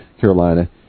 Carolina